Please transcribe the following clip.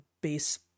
base